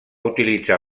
utilitzar